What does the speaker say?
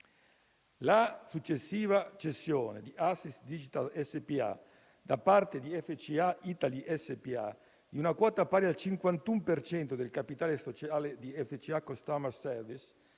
La successiva cessione ad Assist Digital SpA da parte di FCA Italy SpA di una quota pari al 51 per cento del capitale sociale di FCA Customer Service,